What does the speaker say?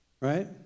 right